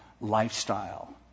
lifestyle